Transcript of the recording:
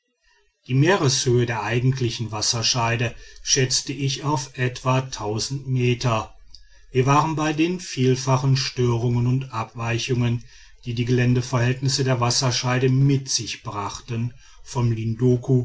die meereshöhe der eigentlichen wasserscheide schätzte ich auf etwa meter wir waren bei den vielfachen störungen und abweichungen die die geländeverhältnisse der wasserscheide mit sich brachten vom linduku